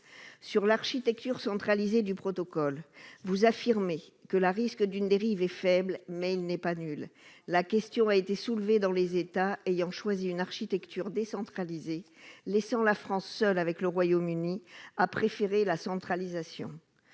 l'architecture centralisée du protocole, vous affirmez que le risque d'une dérive est faible, mais il n'est pas nul. La question a été soulevée dans les États ayant choisi une architecture décentralisée, laissant la France et le Royaume-Uni seuls à privilégier la centralisation.